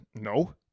no